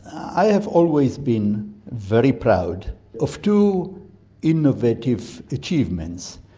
i have always been very proud of two innovative achievements.